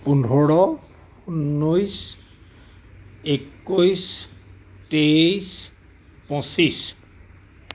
পোন্ধৰ ঊনৈছ একৈছ তেইছ পঁচিছ